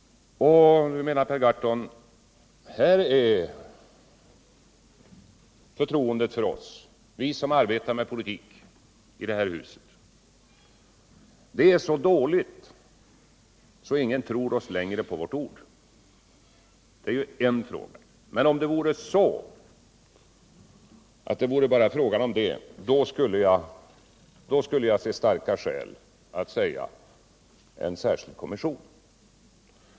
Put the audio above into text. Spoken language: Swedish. Och Per Gahrton menade att förtroendet för oss, som arbetar med politik här i riksdagen, är så dåligt att ingen tror oss längre på vårt ord. Det är nu en sak. Men om det bara vore en fråga om det, så skulle jag se starka skäl för att låta tillsätta en särskild kommission.